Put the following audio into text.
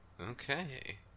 okay